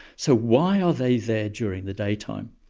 so why are they there during the daytime?